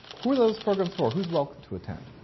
who are those programs for? who's welcome to attend?